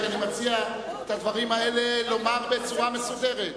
אני מציע שאת כל הדברים האלה תאמר בצורה מסודרת.